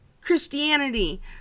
Christianity